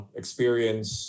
experience